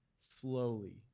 slowly